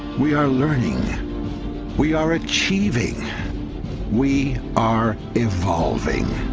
we are learning we are achieving we are evolving